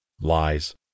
Lies